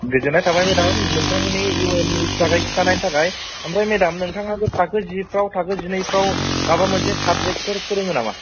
गोजोन्नाय थाबाय मेदाम नोंथांनि इउ एननि थाखाय खिथानायनि थाखाय ओमफ्राय मेदाम नोंथाङाबो थाखो जिफ्राव थाखो जिनैफ्राव माबा मोनसे साबजेक्ट फोर फोरोङो नामा